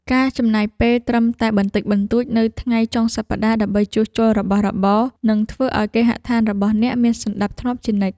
ការចំណាយពេលត្រឹមតែបន្តិចបន្តួចនៅថ្ងៃចុងសប្តាហ៍ដើម្បីជួសជុលរបស់របរ នឹងធ្វើឱ្យគេហដ្ឋានរបស់អ្នកមានសណ្តាប់ធ្នាប់ជានិច្ច។